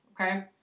Okay